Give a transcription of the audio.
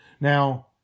now